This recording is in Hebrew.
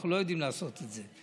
אנחנו לא יודעים לעשות את זה.